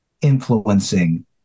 influencing